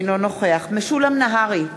אינו נוכח משולם נהרי,